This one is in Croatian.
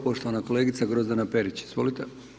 Poštovana kolegica Grozdana Perić, izvolite.